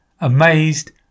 amazed